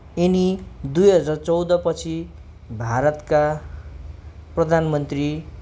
यिनी दुई हजार चौध पछि भारतका प्रधानमन्त्री